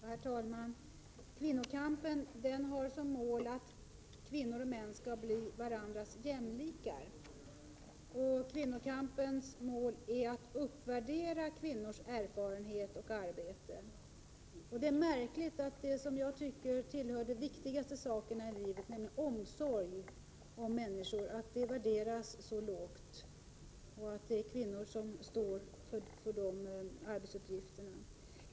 Herr talman! Kvinnokampen har som mål att kvinnor och män skall bli varandras jämlikar. För att nå det målet krävs en uppvärdering av kvinnors erfarenhet och arbete. Det är märkligt att det som jag tycker tillhör de viktigaste sakerna i livet, nämligen omsorg om människor, värderas så lågt. Det är kvinnor som står för de arbetsuppgifterna.